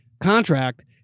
contract